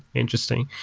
interesting.